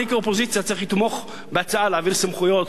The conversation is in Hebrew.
אני כאופוזיציה צריך לתמוך בהצעה להעביר סמכויות,